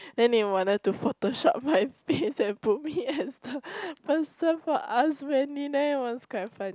then they wanted to photoshop my face and put me as the person for ask Mandy then it was quite fun